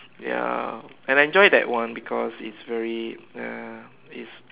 ya I enjoyed that one because it's very uh it's